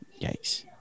Yikes